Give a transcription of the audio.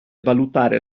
valutare